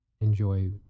Enjoy